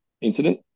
incident